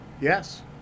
yes